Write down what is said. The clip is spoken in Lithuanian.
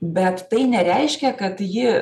bet tai nereiškia kad ji